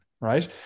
right